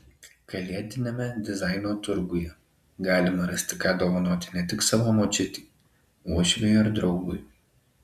kalėdiniame dizaino turguje galima rasti ką dovanoti ne tik savo močiutei uošviui ar draugui